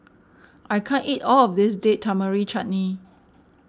I can't eat all of this Date Tamarind Chutney